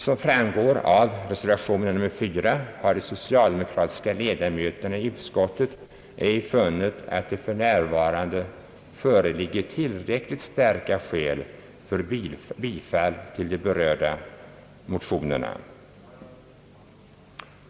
Som framgår av reservation nr 4 i bankoutskottets utlåtande nr 49 har de socialdemokratiska ledamöterna i utskottet ej funnit, att det för närvarande föreligger tillräckligt starka skäl för ett bifall till de berörda motionerna.